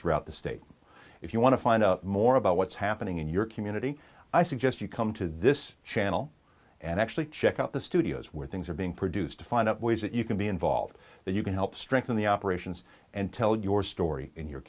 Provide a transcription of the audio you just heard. throughout the state if you want to find out more about what's happening in your community i suggest you come to this channel and actually check out the studios where things are being produced to find out ways that you can be involved that you can help strengthen the operations and tell your story in your